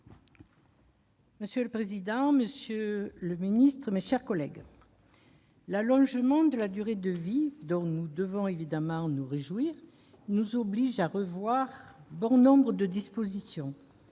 Monsieur le président, monsieur le secrétaire d'État, mes chers collègues, l'allongement de la durée de vie, dont nous devons évidemment nous réjouir, nous oblige à revoir bon nombre de dispositions.